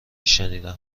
شنیدم